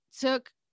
took